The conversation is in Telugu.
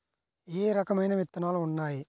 ఏ రకమైన విత్తనాలు ఉన్నాయి?